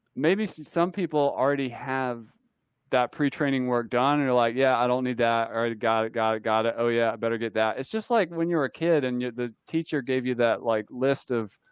maybe some people already have that pre-training work done and you're like, yeah, i don't need that. alright, got it. got it, got it. oh yeah. i better get that. it's just like when you're a kid and the teacher gave you that like, list of.